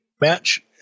match